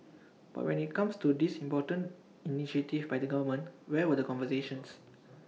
but when IT comes to this most important initiative by the government where were the conversations